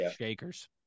Shakers